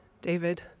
David